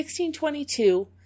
1622